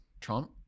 Trump